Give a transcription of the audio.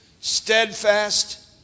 steadfast